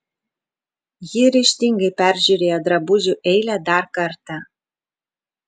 ji ryžtingai peržiūrėjo drabužių eilę dar kartą